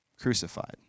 crucified